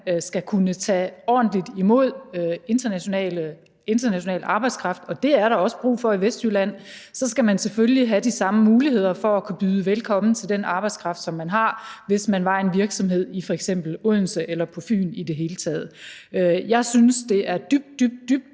skal kunne tage ordentligt imod international arbejdskraft – og det er der også brug for i Vestjylland – så skal man selvfølgelig have de samme muligheder for at kunne byde velkommen til den arbejdskraft, som man har, hvis der er tale om en virksomhed i f.eks. Odense eller på Fyn i det hele taget. Jeg synes, det er dybt, dybt